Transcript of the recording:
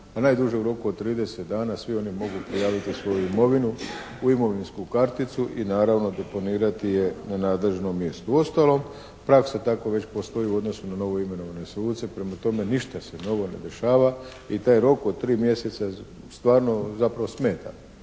najduže u roku od 30 dana svi oni mogu prijaviti svoju imovinu u imovinsku karticu i naravno deponirati je na nadležnom mjestu. Uostalom, praksa tako već postoji u odnosu na novoimenovane suce, prema tome ništa se novo ne dešava i taj rok od tri mjeseca stvarno zapravo smeta